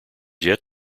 yet